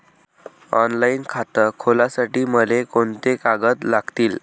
Online खातं खोलासाठी मले कोंते कागद लागतील?